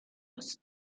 هست